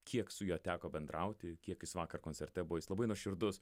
kiek su juo teko bendrauti kiek jis vakar koncerte buvo jis labai nuoširdus